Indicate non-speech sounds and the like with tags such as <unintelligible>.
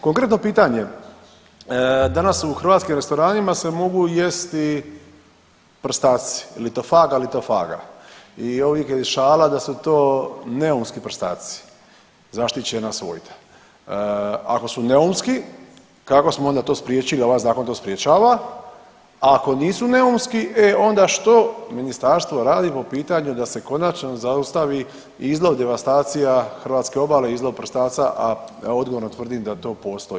Konkretno pitanje, danas u hrvatskim restoranima se mogu jesti prstaci, lithophaga lithophaga i ... <unintelligible> je šala da su to neumski prstaci, zaštićena ... <unintelligible> Ako su neumski, kako smo onda to spriječili, ovaj Zakon to sprječava, a ako nisu neumski, e onda što Ministarstvo radi po pitanju da se konačno zaustavi izlov, devastacija hrvatske obale, izlov prstaca, a odgovorno tvrdim da to postoji.